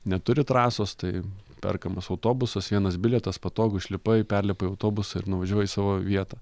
neturi trasos tai perkamas autobusas vienas bilietas patogu išlipai perlipai į autobusą ir nuvažiavai į savo vietą